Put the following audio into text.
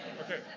Okay